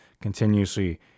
continuously